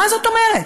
מה זאת אומרת?